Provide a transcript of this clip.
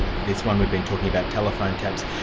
this one we've been talking about, telephone taps,